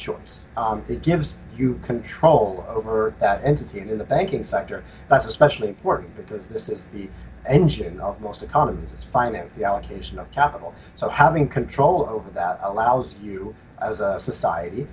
choice that gives you control over that entity in the banking sector that's especially important because this is the engine of most economists is finance the allocation of capital so having control over that allows you as a society